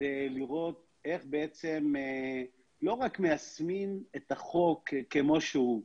כדי לראות לא רק איך מיישמים את החוק כמו שהוא,